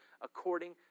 according